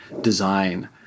design